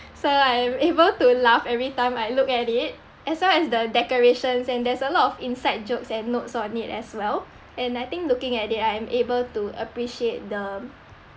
so I'm able to laugh every time I look at it as well as the decorations and there's a lot of inside jokes and notes on it as well and I think looking at it I am able to appreciate the